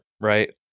right